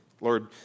Lord